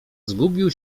zgubił